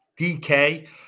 DK